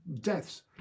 deaths